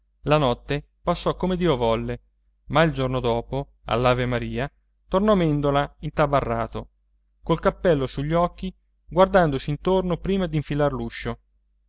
la notte passò come dio volle ma il giorno dopo all'avemaria tornò mèndola intabarrato col cappello sugli occhi guardandosi intorno prima d'infilar